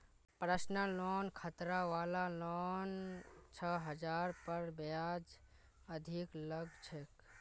personal loan खतरा वला loan छ जहार पर ब्याज अधिक लग छेक